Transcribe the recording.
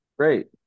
great